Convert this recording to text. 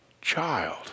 child